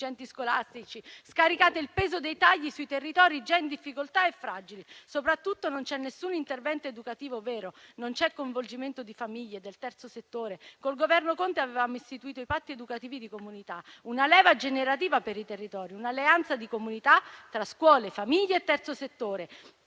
scolastici. Scaricate il peso dei tagli sui territori, già in difficoltà e fragili. Soprattutto, non c'è alcun intervento educativo vero. Non c'è coinvolgimento di famiglie e del terzo settore. Con il Governo Conte avevamo istituito i patti educativi di comunità, una leva generativa per i territori, un'alleanza di comunità tra scuole, famiglie e terzo settore.